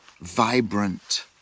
vibrant